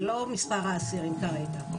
לא מספר האסירים כרגע.